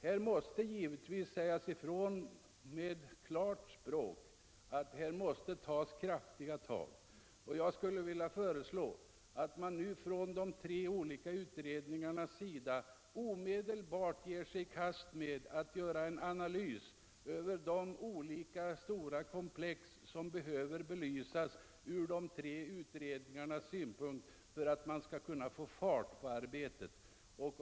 Här måste givetvis sägas ifrån med klart språk att det är nödvändigt att kraftiga tag tas. Jag skulle vilja föreslå att de tre olika utredningarna nu omedelbart ger sig i kast med att göra en analys av de olika, stora komplex som behöver belysas ur de tre utredningarnas synpunkt för att man skall få fart på arbetet.